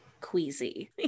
queasy